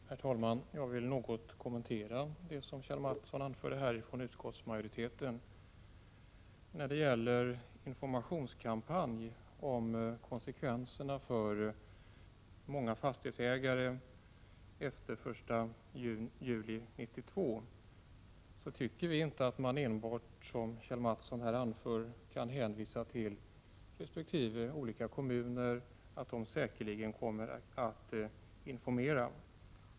Herr talman! Jag vill något kommentera det som Kjell A. Mattsson anförde här som talesman för utskottsmajoriteten. När det gäller en informationskampanj om konsekvenserna för många fastighetsägare efter den 1 juli 1992 tycker vi i folkpartiet inte att man, som Kjell A. Mattsson gör, enbart kan hänvisa till att resp. kommun säkerligen kommer att informera.